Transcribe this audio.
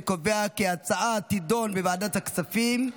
אני קובע כי ההצעה תידון בוועדת הכספים.